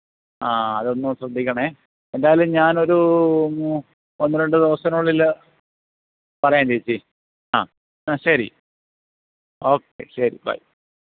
ആഹ് അതൊന്ന് ശ്രദ്ധിക്കണം എന്തായാലും ഞാനൊരു ഒന്ന് രണ്ട് ദിവസത്തിനുള്ളിൽ പറയാം ചേച്ചി ആ ആ ശരി ഓക്കെ ശരി ബൈ